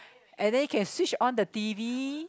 and then you can switch on the t_v